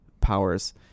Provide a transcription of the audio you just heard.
powers